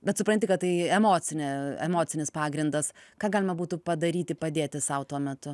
bet supranti kad tai emocinė emocinis pagrindas ką galima būtų padaryti padėti sau tuo metu